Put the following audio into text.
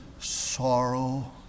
sorrow